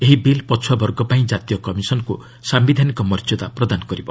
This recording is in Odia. ଏହି ବିଲ୍ ପଛୁଆବର୍ଗ ପାଇଁ କାତୀୟ କମିଶନ୍କୁ ସାୟିଧାନିକ ମର୍ଯ୍ୟଦା ପ୍ରଦାନ କରିବ